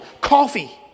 Coffee